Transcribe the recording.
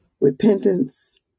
repentance